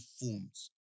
forms